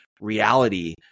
reality